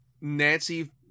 Nancy